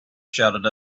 shouted